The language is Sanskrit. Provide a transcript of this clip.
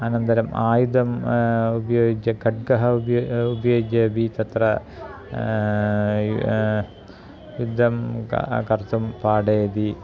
अनन्तरम् आयुधम् उपयुज्य खड्गः उब्य उपयुज्य अपि तत्र युद्धं किं कर्तुं पाठयति